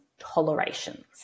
tolerations